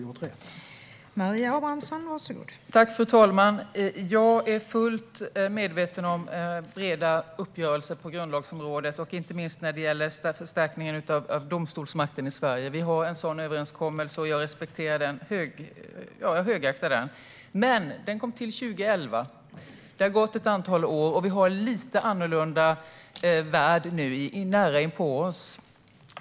Fru talman! Jag är fullt medveten om de breda uppgörelserna på grundlagsområdet, inte minst när det gäller förstärkningen av domstolsmakten i Sverige. Vi har en sådan överenskommelse, och jag högaktar den. Men överenskommelsen kom till 2011, och det har gått ett antal år. I dag har vi en lite annorlunda värld nära inpå oss.